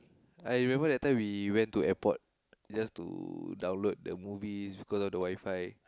I remember that time we went to airport just to download the movies because of the WiFi